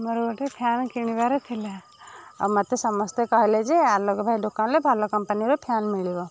ଆମର ଗୋଟେ ଫ୍ୟାନ କାଣିବାର ଥିଲା ଆଉ ମତେ ସମସ୍ତେ କହିଲେ ଯେ ଆଲୋକ ଭାଇ ଦୋକାନ ରେ ଭଲ କମ୍ପାନୀର ଫ୍ୟାନ ମିଳିବ